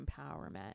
empowerment